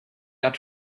got